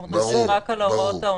אנחנו מדברים רק על ההוראות העונשיות.